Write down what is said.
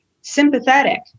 sympathetic